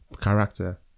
character